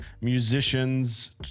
musicians